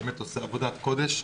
שעושה עבודת קודש.